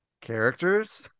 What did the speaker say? characters